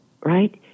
right